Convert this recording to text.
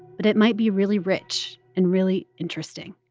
but it might be really rich and really interesting